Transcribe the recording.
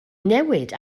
newid